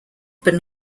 but